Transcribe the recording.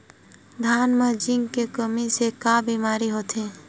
धान म जिंक के कमी से का बीमारी होथे?